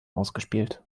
ausgespielt